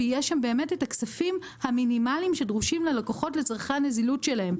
ויהיו שם באמת הכספים המינימליים שדרושים ללקוחות לצרכי הנזילות שלהם.